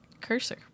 cursor